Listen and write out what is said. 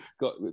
got